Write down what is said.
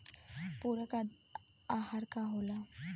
पुरक अहार का होला?